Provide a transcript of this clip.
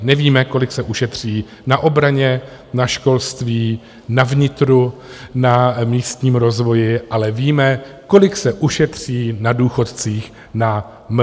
Nevíme, kolik se ušetří na obraně, na školství, na vnitru, na místním rozvoji, ale víme, kolik se ušetří na důchodcích na MPSV.